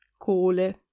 cole